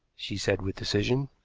she said with decision.